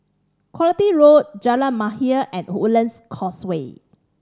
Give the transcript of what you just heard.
Quality Road Jalan Mahir and Woodlands Causeway